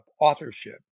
authorship